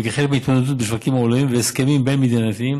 וכחלק מההתמודדות בשווקים העולמיים והסכמים בין-מדינתיים